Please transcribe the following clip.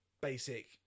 basic